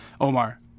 Omar